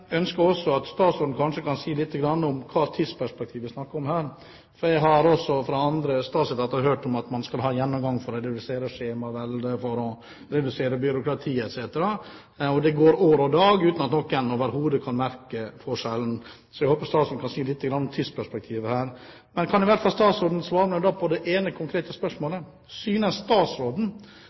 ønsker også at statsråden kanskje kan si lite grann om hvilket tidsperspektiv det er snakk om, for jeg har også fra andre statsetater hørt om at man skal ha en gjennomgang for å redusere skjemaveldet, for å redusere byråkratiet osv. – og det går år og dag uten at noen overhodet kan merke forskjell. Så jeg håper statsråden kan si lite grann om tidsperspektivet. Jeg vil gjerne at statsråden i hvert fall svarer meg på det ene, konkrete spørsmålet: Synes statsråden